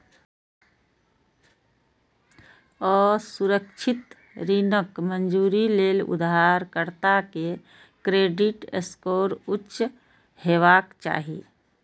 असुरक्षित ऋणक मंजूरी लेल उधारकर्ता के क्रेडिट स्कोर उच्च हेबाक चाही